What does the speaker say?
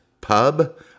Pub